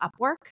Upwork